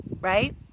right